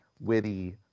witty